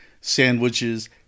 sandwiches